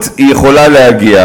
שנוסעים עד לירדן וטורקיה להפיץ דיבה.